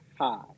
hi